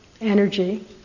Energy